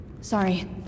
Sorry